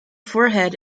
forehead